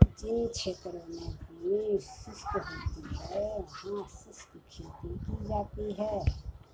जिन क्षेत्रों में भूमि शुष्क होती है वहां शुष्क खेती की जाती है